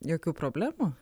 jokių problemų